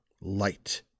light